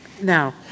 Now —